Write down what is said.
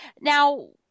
now